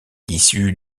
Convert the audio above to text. issu